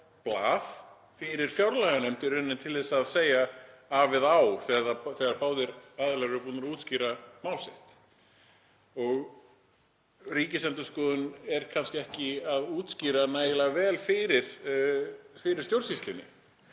blað fyrir fjárlaganefnd í rauninni til að segja af eða á þegar báðir aðilar eru búnir að útskýra mál sitt. Ríkisendurskoðun er kannski ekki að útskýra nægilega vel fyrir stjórnsýslunni